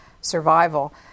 survival